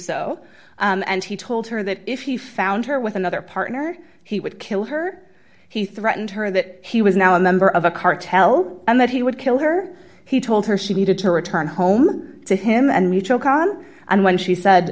so and he told her that if he found her with another partner he would kill her he threatened her that he was now a member of a cartel and that he would kill her he told her she needed to return home to him and we choke on and when she said